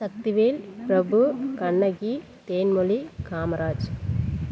Sakthivel Prabhu Kannagi Thenmozhi Kamaraj